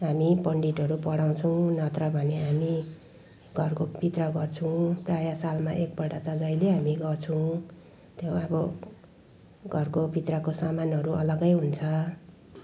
हामी पण्डितहरू पढाउँछौँ नत्र भने हामी घरको पित्रा गर्छौँ प्रायः सालमा एकपल्ट त जहिले हामी गर्छौँ त्यो अब घरको भित्रको सामानहरू अलगै हुन्छ